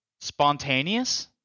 Spontaneous